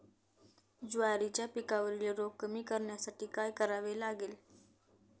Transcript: ज्वारीच्या पिकावरील रोग कमी करण्यासाठी काय करावे लागेल?